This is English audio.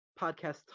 podcast